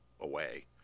away